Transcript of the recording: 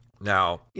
now